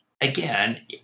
again